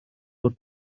wrth